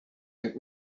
and